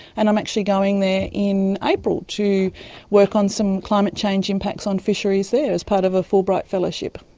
and i'm actually going there in april to work on some climate change impacts on fisheries there as part of a fulbright fellowship.